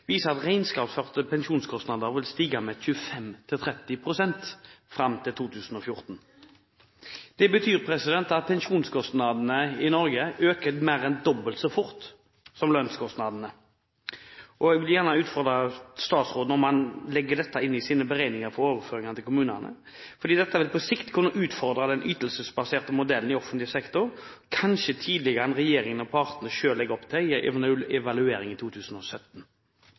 viser at regnskapsførte pensjonskostnader vil stige med 25–30 pst. fram til 2014. Det betyr at pensjonskostnadene i Norge øker mer enn dobbelt så fort som lønnskostnadene. Jeg vil gjerne utfordre statsråden og spørre om han legger dette inn i sine beregninger for overføringene til kommunene. Dette vil på sikt kunne utfordre den ytelsesbaserte modellen i offentlig sektor, kanskje tidligere enn regjeringen og partene selv legger opp til i en evaluering i 2017.